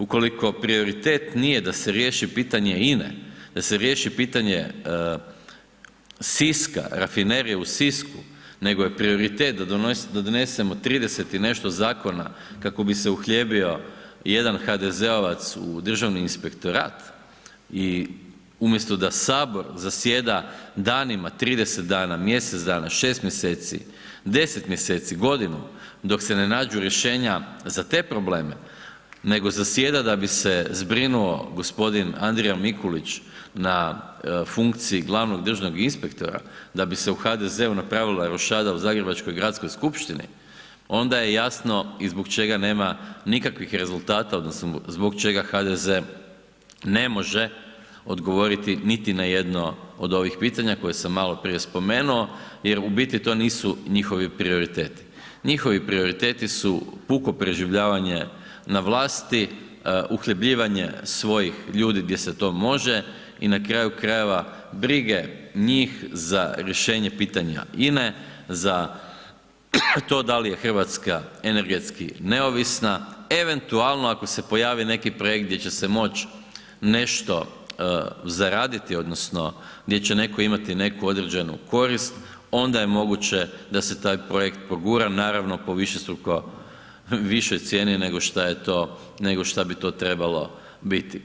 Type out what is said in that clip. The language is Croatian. Ukoliko prioritet nije da se riješi pitanje INA-e, da se riješi pitanje Siska, Rafinerije u Sisku, nego je prioritet da donesemo 30 i nešto zakona kako bi se uhljebio jedan HDZ-ovac u državni inspektorat i umjesto da HS zasjeda danima, 30 dana, mjesec dana, 6 mjeseci, 10 mjeseci, godinu, dok se ne nađu rješenja za te probleme, nego zasjeda da bi se zbrinuo g. Andrija Mikulić na funkciji glavnog državnog inspektora, da bi se u HDZ-u napravila rošada u Zagrebačkoj gradskoj skupštini, onda je jasno i zbog čega nema nikakvih rezultata odnosno zbog čega HDZ ne može odgovoriti niti na jedno od ovih pitanja koje sam maloprije spomenuo jer u biti to nisu njihovi prioriteti, njihovi prioriteti su puko preživljavanje na vlasti, uhljebljivanje svojih ljudi gdje se to može i na kraju krajeva brige njih za rješenje pitanja INA-e, za to da li je RH energetski neovisna, eventualno ako se pojavi neki projekt gdje će se moć nešto zaraditi odnosno gdje će netko imati neku određenu korist, onda je moguće da se taj projekt progura, naravno, po višestruko višoj cijeni nego šta bi to trebalo biti.